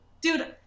dude